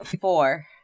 Four